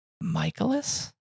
Michaelis